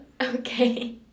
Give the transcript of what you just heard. okay